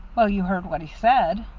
well, you heard what he said.